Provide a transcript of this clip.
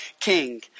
king